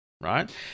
Right